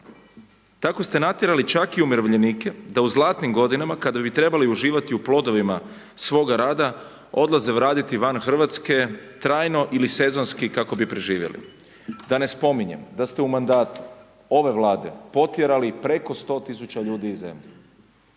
Tako ste natjerali čak i umirovljenike da u zlatnim godinama kada bi trebali uživati u plodovima svoga rada, odlaze raditi van Hrvatske trajno ili sezonski kako bi preživjeli, da ne spominjem da ste u mandatu ove Vlade potjerali preko 100 000 ljudi iz zemlje.